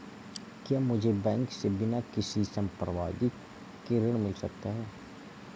क्या मुझे बैंक से बिना किसी संपार्श्विक के ऋण मिल सकता है?